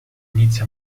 inizia